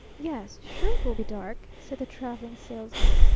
yes, sure it will be dark, said the traveling salesman.